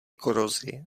korozi